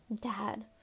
Dad